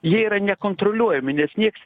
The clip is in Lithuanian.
jie yra nekontroliuojami nes nieks